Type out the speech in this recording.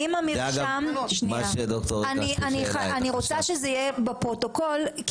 אני רוצה שזה יהיה בפרוטוקול,